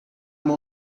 uma